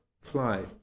fly